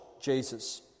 Jesus